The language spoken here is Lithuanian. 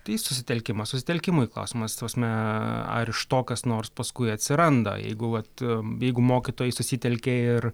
tai susitelkimas susitelkimui klausimas ta prasme ar iš to kas nors paskui atsiranda jeigu vat jeigu mokytojai susitelkė ir